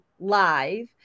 live